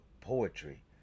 Poetry